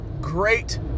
great